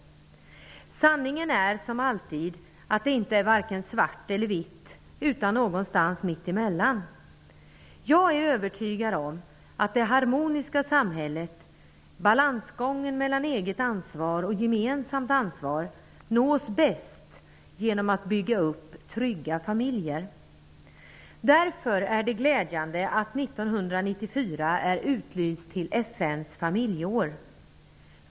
Sanningen är som alltid att det inte är fråga om vare sig svart eller vitt utan om något mitt emellan. Jag är övertygad om att det harmoniska samhället, balansgången mellan eget ansvar och gemensamt ansvar, bäst nås genom att trygga familjer byggs upp. Därför är det glädjande att 1994 är utlyst till FN:s familjeår.